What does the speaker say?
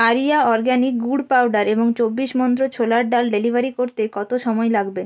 area organic গুড় powder এবং চব্বিশ মন্ত্র ছোলার ডাল ডেলিভারি করতে কতো সময় লাগবে